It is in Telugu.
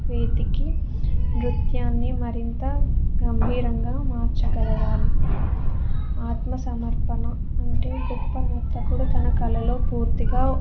వేతికి నృత్యాన్ని మరింత గంభీరంగా మార్చగలగాలి ఆత్మ సమర్పణ అంటే గొప్ప నర్తకుడు తన కళలో పూర్తిగా